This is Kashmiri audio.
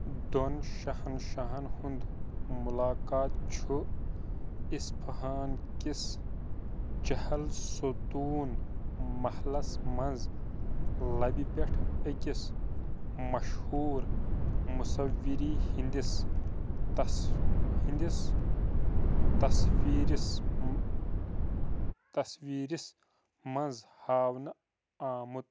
دۄن شَہنٛشاہن ہُنٛد مُلاقات چھُ اِسفہان کِس چہل سوتون محلس منٛز لبہِ پٮ۪ٹھ أکِس مشہوٗر مُصوِری ہٕنٛدِس تس ہٕنٛدِس تصویٖرِس تصویٖرس منٛز ہاونہٕ آمُت